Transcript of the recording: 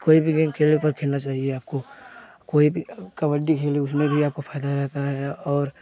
कोई भी गेम खेलने पर खेलना चाहिए आपको कोई भी कबड्डी खेल उसमें भी आपको फ़ायदा रहता है और